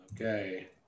Okay